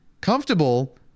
Comfortable